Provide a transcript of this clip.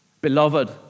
Beloved